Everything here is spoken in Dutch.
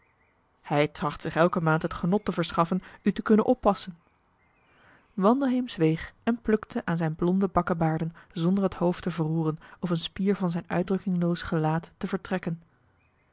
hij tracht zich elke maand het genot te verschaffen u te kunnen oppassen wandelheem zweeg en plukte aan zijn blonde bakkebaarden zonder het hoofd te verroeren of een spier van zijn uitdrukkingloos gelaat te vertrekken